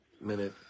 minute